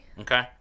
Okay